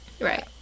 Right